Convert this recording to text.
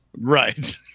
Right